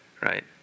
right